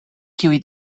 kiuj